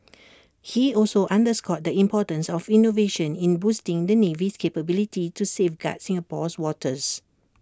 he also underscored the importance of innovation in boosting the navy's capabilities to safeguard Singapore's waters